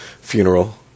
funeral